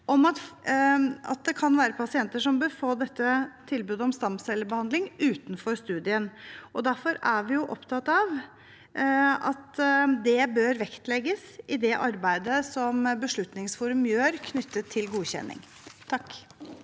om at det kan være pasienter som bør få tilbud om stamcellebehandling utenfor studien. Derfor er vi opptatt av at det bør vektlegges i det arbeidet Beslutningsforum gjør knyttet til godkjenning. Nils